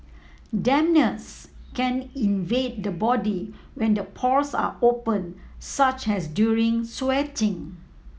dampness can invade the body when the pores are open such as during sweating